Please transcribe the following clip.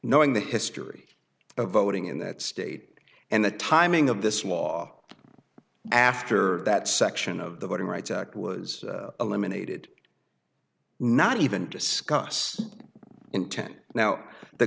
knowing the history of voting in that state and the timing of this law after that section of the voting rights act was eliminated not even discuss intent now the